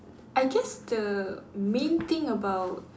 I guess the main thing about